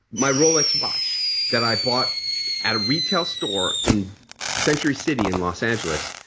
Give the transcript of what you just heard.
my rolex watch that i bought at a retail store in century city in los angeles,